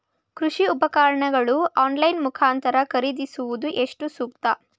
ಕೃಷಿ ಉಪಕರಣಗಳನ್ನು ಆನ್ಲೈನ್ ಮುಖಾಂತರ ಖರೀದಿಸುವುದು ಎಷ್ಟು ಸೂಕ್ತ?